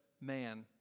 man